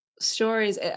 stories